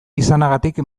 izanagatik